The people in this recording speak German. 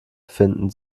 finden